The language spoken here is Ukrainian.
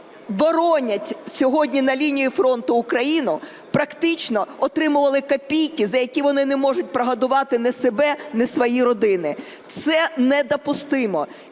які боронять сьогодні на лінії фронту Україну, практично отримували копійки, за які вони не можуть прогодувати ні себе, ні свої родини. Це недопустимо.